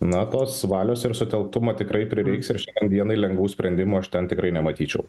na tos valios ir sutelktumo tikrai prireiks ir šiandienai lengvų sprendimų aš ten tikrai nematyčiau